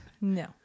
No